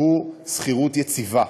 הוא שכירות יציבה,